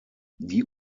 die